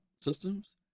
systems